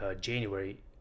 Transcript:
January